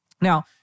Now